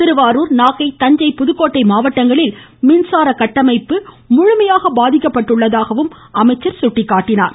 திருவாரூர் நாகை தஞ்சை புதுக்கோட்டை மாவட்டங்களில் மின்சார கட்டமைப்பு முழுமையாக பாதிக்கப்பட்டுள்ளதாகவும் அமைச்சர் எடுத்துரைத்தார்